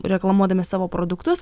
reklamuodami savo produktus